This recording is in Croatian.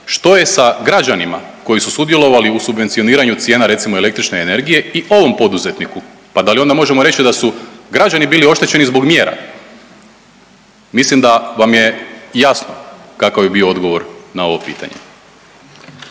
što je sa građanima koji su sudjelovali u subvencioniranju cijena, recimo, električne energije i ovom poduzetniku. Pa da li onda možemo reći da su građani bili oštećeni zbog mjera? Mislim da vam je jasno kakav bi bio odgovor na ovo pitanje.